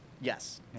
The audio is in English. Yes